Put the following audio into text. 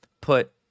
put